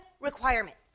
requirement